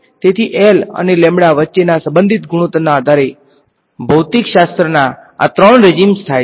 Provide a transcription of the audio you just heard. તેથીL અને વચ્ચેના સંબંધિત ગુણોત્તરના આધારેભૌતિકશાસ્ત્રના આ ત્રણ રેજીમ્સ થાય છે